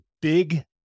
Big